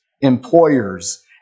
employers